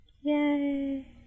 Yay